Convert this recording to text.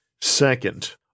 Second